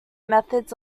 methods